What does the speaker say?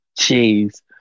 Jeez